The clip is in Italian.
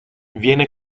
viene